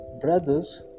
brothers